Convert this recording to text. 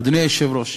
אדוני היושב-ראש,